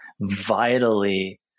vitally